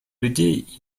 людей